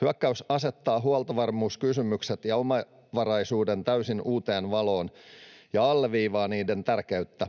Hyökkäys asettaa huoltovarmuuskysymykset ja omavaraisuuden täysin uuteen valoon ja alleviivaa niiden tärkeyttä.